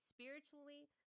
Spiritually